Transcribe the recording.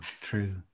true